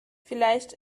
vielleicht